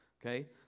Okay